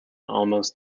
almost